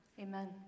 Amen